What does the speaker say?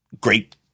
great